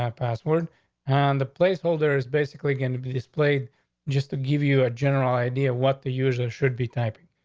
and password and the place holder is basically going to be displayed just to give you a general idea what the user should be typing.